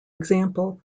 example